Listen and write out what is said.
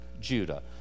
Judah